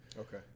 okay